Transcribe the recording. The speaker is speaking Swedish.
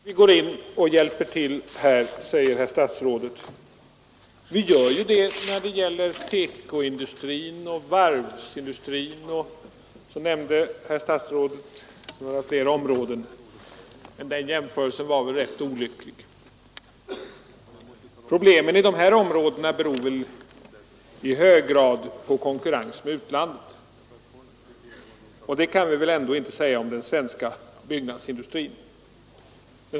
Herr talman! Det är inte så konstigt att vi går in och hjälper till här, säger statsrådet Holmqvist; vi gör ju det när det gäller TEKO-industrin och varvsindustrin och några fler områden Den jämförelsen var väl ganska olycklig. Problemen på dessa områden beror i hög grad på konkurrens från utlandet, och det kan vi väl ändå inte säga i fråga om den svenska byggnadsindustrin.